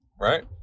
right